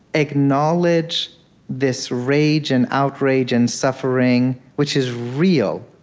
acknowledge this rage and outrage and suffering, which is real